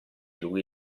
lui